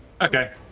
Okay